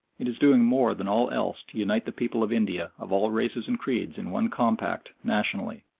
it is doing more than all else to unite the people of india of all races and creeds in one compact nationality,